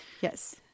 yes